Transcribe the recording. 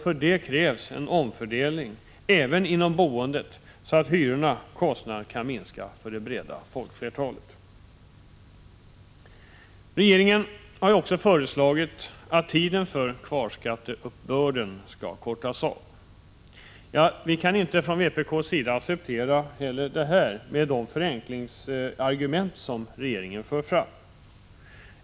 För det krävs en omfördelning även inom boendet, så att hyrorna eller kostnaderna kan minska för det breda folkflertalet. Regeringen har också föreslagit att tiden för kvarskatteuppbörden skall avkortas. Vpk kan inte acceptera detta med de förenklingsargument som regeringen för fram.